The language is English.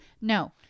no